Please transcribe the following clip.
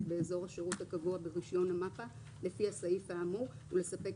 באזור השירות הקבוע ברישיון המפ"א לפי הסעיף האמור ולספק